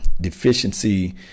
deficiency